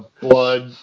blood